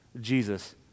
Jesus